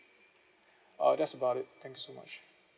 uh that's about it thank you so much